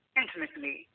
intimately